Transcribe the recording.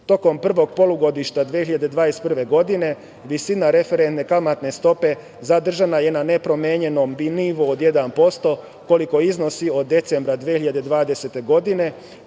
kursa. Tokom prvog polugodišta 2021. godine visina referentne kamatne stope zadržana je na nepromenjenom nivou od 1%, koliko iznosi od decembra 2020. godine.